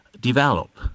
develop